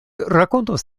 rakontos